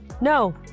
No